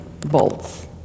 bolts